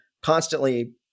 constantly